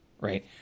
right